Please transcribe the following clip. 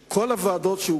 ועדות,